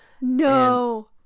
No